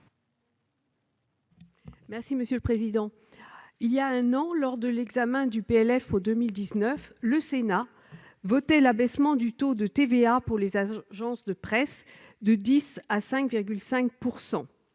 Mme Claudine Lepage. Il y a un an, lors de l'examen du PLF pour 2019, le Sénat a voté l'abaissement du taux de TVA pour les agences de presse de 10 % à 5,5 %.